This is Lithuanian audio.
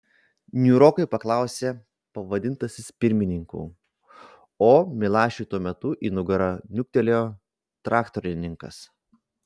niūrokai paklausė pavadintasis pirmininku o milašiui tuo metu į nugarą niuktelėjo traktorininkas